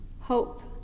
hope